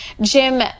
jim